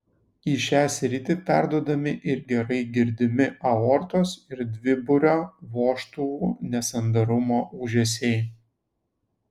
į šią sritį perduodami ir gerai girdimi aortos ir dviburio vožtuvų nesandarumo ūžesiai